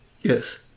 Yes